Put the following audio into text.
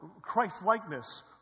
Christ-likeness